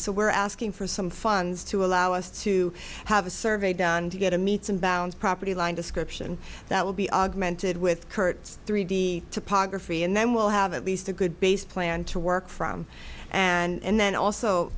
so we're asking for some funds to allow us to have a survey done to get a meets and bounds property line description that will be augmented with curt's three d topography and then we'll have at least a good base plan to work from and then also